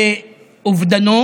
באובדנו